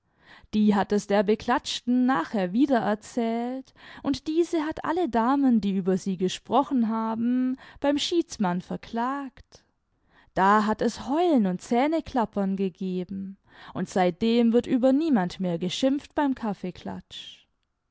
die hat es der beklatschten nachher wiedererzählt und diese hat alle damen die über sie gesprochen haben beim schiedsmann verklagt da hat es heulen und zähnekla ctn gegeben und seitdem wird über niemand mehr geschimpft beim kaffeeklatsch